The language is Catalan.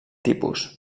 tipus